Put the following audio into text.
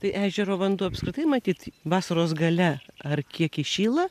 tai ežero vanduo apskritai matyt vasaros gale ar kiek įšyla